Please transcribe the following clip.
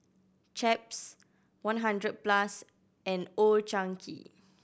Chaps one Hundred Plus and Old Chang Kee